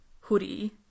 hoodie